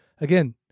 again